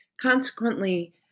Consequently